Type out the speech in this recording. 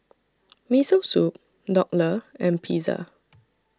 Miso Soup Dhokla and Pizza